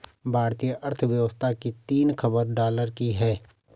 भारतीय अर्थव्यवस्था तीन ख़रब डॉलर की है